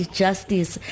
justice